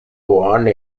one